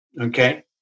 Okay